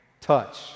Touch